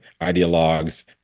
ideologues